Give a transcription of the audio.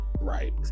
Right